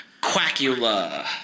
Quackula